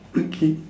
okay